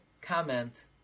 comment